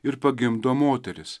ir pagimdo moteris